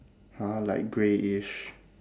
!huh! like greyish